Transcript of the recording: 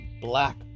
black